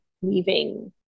weaving